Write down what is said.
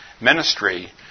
ministry